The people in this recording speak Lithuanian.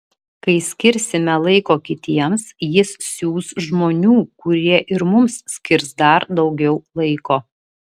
kai skirsime laiko kitiems jis siųs žmonių kurie ir mums skirs dar daugiau laiko